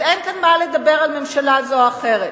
אז אין כאן מה לדבר על ממשלה זו או אחרת.